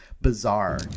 bizarre